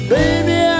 Baby